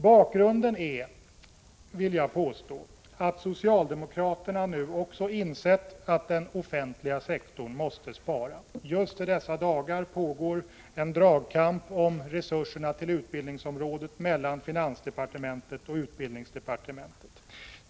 Bakgrunden är, vill jag påstå, att socialdemokraterna nu också insett att den offentliga sektorn måste spara. Just i dessa dagar pågår en dragkamp om resurserna till utbildningsområdet mellan finansdepartementet och utbildningsdepartementet.